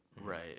Right